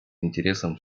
интересам